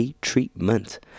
treatment